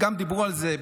גם דיברו על זה,